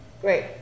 Great